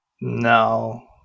No